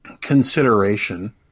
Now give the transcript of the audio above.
consideration